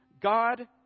God